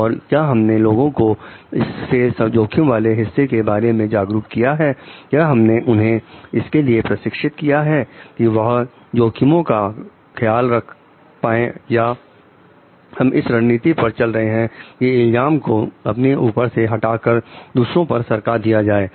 और क्या हमने लोगों को इसके जोखिम वाले हिस्से के बारे में जागरूक किया है क्या हमने उन्हें इसके लिए प्रशिक्षित किया है कि वह इन जोखिमों का ख्याल रख पाए या हम इस रणनीति पर चल रहे हैं कि इल्जाम को अपने ऊपर से हटाकर दूसरों पर सरका दिया जाए